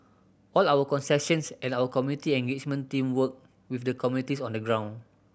all our concessions and our community engagement team work with the communities on the ground